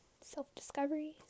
self-discovery